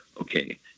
okay